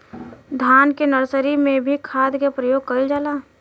धान के नर्सरी में भी खाद के प्रयोग कइल जाला?